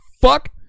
fuck